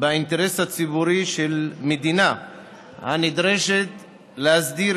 של האינטרס הציבורי של מדינה הנדרשת להסדיר